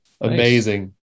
Amazing